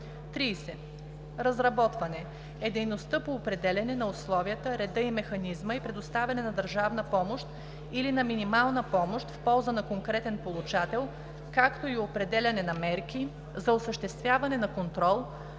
30. „Разработване“ е дейността по определяне на условията, реда и механизма за предоставяне на държавна помощ или на минимална помощ в полза на конкретен получател, както и определяне на мерки за осъществяване на контрол